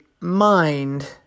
mind